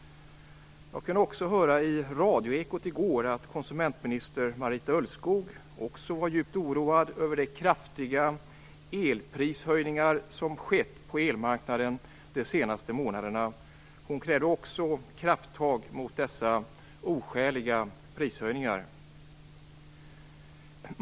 Jag kunde i Ekot i radion i går höra att konsumentminister Marita Ulvskog också var djupt oroad över de kraftiga elprishöjningar som skett på elmarknaden under de senaste månaderna. Hon krävde också krafttag mot dessa oskäliga prishöjningar.